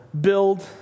build